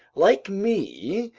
like me,